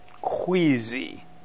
queasy